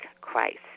Christ